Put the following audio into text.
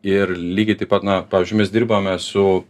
ir lygiai taip pat na pavyzdžiui mes dirbame su